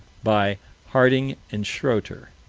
by harding and schroeter.